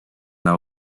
that